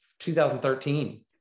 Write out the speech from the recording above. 2013